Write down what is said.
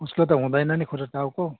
उसको त हुँदैन पनि खुर र टाउको